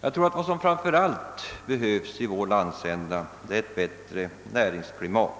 Jag tror att vad som framför allt behövs i vår landsända är ett bättre näringsklimat.